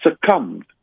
succumbed